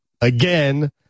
again